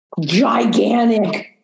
Gigantic